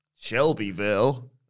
Shelbyville